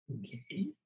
okay